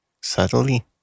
subtly